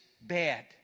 bad